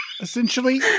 essentially